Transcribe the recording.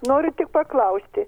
noriu tik paklausti